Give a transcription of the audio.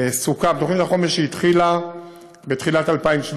תוכנית החומש שהתחילה בתחילת 2017,